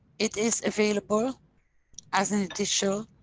it is available as an additional,